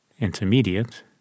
intermediate